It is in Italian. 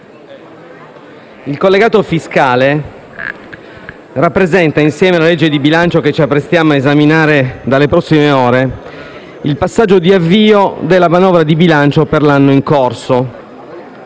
il collegato fiscale rappresenta, insieme alla legge di bilancio che ci apprestiamo a esaminare nelle prossime ore, il passaggio di avvio della manovra di bilancio per l'anno in corso.